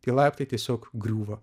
tie laiptai tiesiog griūva